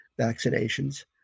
vaccinations